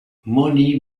money